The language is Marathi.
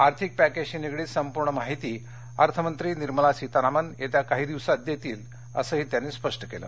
आर्थिक पॅकेजशी निगडीत संपूर्ण माहिती अर्थ मंत्री निर्मला सीतारमण येणाऱ्या काही दिवसांत देतील असंही त्यांनी स्पष्ट केलं